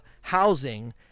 housing